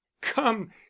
come